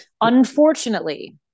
Unfortunately